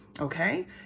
okay